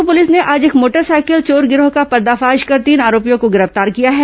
Durg police ने आज एक मोटरसाइकिल चोर गिरोह का पर्दाफाश कर तीन आरोपियों को गिरफ्तार किया है